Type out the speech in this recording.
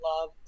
love